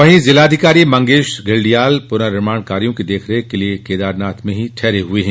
वहीं जिलाधिकारी मंगेश घिल्डियाल पुर्ननिर्माण कार्यों की देखरेख के लिए केदारनाथ में ही ठहरे हुए हैं